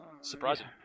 surprising